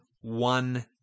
one